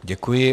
Děkuji.